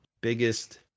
biggest